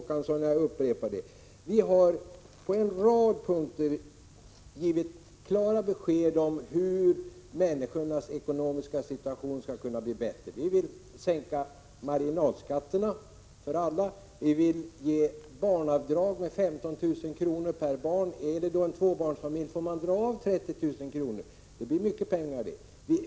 Men som jag sade har vi på en rad punkter givit klara besked om hur människornas ekonomiska situation skall kunna bli bättre: vi vill sänka marginalskatterna för alla, vi vill ge ett barnavdrag för alla föräldrar med 15 000 per barn. En tvåbarnsfamilj får då dra av 30 000 kr. Det är mycket pengar.